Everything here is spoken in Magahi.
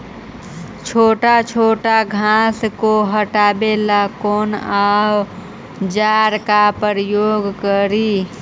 छोटा छोटा घास को हटाबे ला कौन औजार के प्रयोग करि?